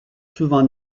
souvent